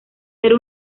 ser